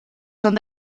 son